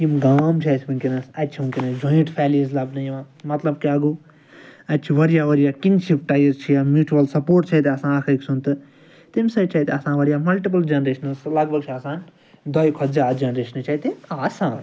یِم گام چھِ اسہِ وُنٛکیٚس اَتہِ چھِ اسہِ وُنٛکیٚس جۄاینٛٹ فیلیٖز لَبنہٕ یِوان مطلب کیٛاہ گوٚو اَتہِ چھِ واریاہ واریاہ کِنشِپ ٹایِز چھِ یا میٛوٗچوَل سَپورٹ چھُ اَتہِ آسان اَکھ أکۍ سُنٛد تہِ تَمہِ سۭتۍ چھ اَتہِ آسان واریاہ مَلٹِپٕل جنریشنٕز لَگ بھگ چھِ آسان دۄیہِ کھۄتہٕ زیادٕ جَنریشنٕز چھِ اَتہِ آسان